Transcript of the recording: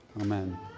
amen